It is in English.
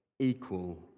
equal